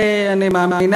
אני מאמינה,